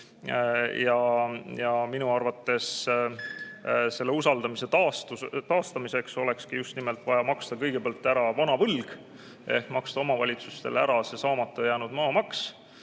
Minu arvates selle usalduse taastamiseks olekski just nimelt vaja maksta kõigepealt ära vana võlg ehk maksta omavalitsustele ära see saamata jäänud maamaks,